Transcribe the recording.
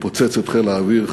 פוצץ את חיל האוויר,